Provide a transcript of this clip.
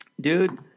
Dude